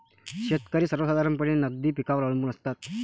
शेतकरी सर्वसाधारणपणे नगदी पिकांवर अवलंबून असतात